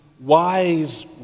wise